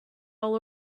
all